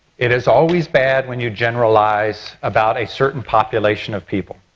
it is always bad when you generalize about a certain population of people,